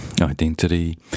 Identity